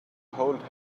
hold